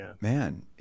Man